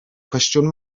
cwestiwn